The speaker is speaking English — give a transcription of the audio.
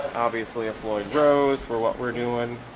obviously a floyd rose for what we're doing